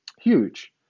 huge